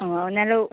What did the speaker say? ആ നല്ല ഉ